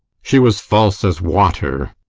she was false as water.